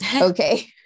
Okay